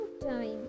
time